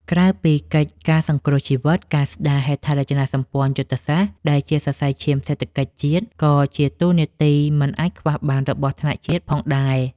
ក្រៅពីកិច្ចការសង្គ្រោះជីវិត ការស្ដារហេដ្ឋារចនាសម្ព័ន្ធយុទ្ធសាស្ត្រដែលជាសរសៃឈាមសេដ្ឋកិច្ចជាតិ ក៏ជាតួនាទីមិនអាចខ្វះបានរបស់ថ្នាក់ជាតិផងដែរ។